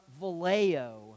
Vallejo